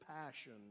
passion